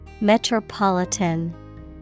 Metropolitan